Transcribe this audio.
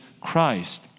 Christ